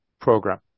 program